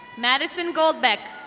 madison goldbeck.